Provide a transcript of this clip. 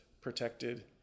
protected